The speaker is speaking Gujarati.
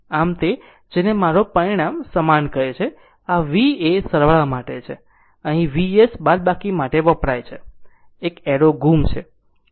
આમ આ તે છે જેને મારો પરિણામ સમાન કહે છે આ v એ સરવાળા માટે છે અને અહીં Vs બાદબાકી માટે વપરાય છે એક એરો ગુમ છે પરંતુ Vs છે